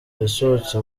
yasohotse